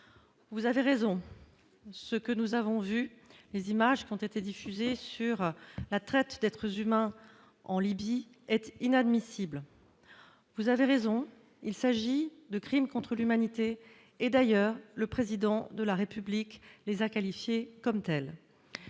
vous avez raison, ce que nous avons vu, les images diffusées montrant la traite d'êtres humains en Libye, est inadmissible. Vous avez raison, il s'agit d'un crime contre l'humanité ; d'ailleurs, le Président de la République a qualifié cette